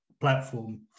platform